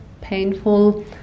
painful